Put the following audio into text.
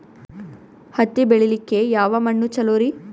ಹತ್ತಿ ಬೆಳಿಲಿಕ್ಕೆ ಯಾವ ಮಣ್ಣು ಚಲೋರಿ?